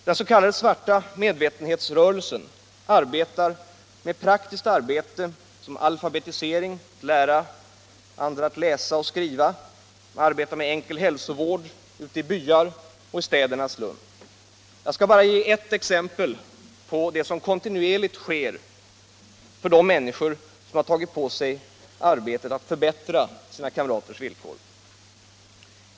Den s.k. svarta medvetenhetsrörelsen ägnar sig åt praktiskt arbete, alfabetisering — att lära andra att läsa och skriva - och enkel hälsovård ute i byar och städernas slum. Jag skall bara ge ett exempel på det som kontinuerligt sker för människor som har tagit på sig arbetet att förbättra sina kamraters villkor.